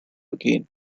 again